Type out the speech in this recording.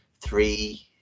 three